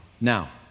Now